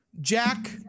Jack